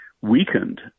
weakened